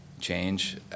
change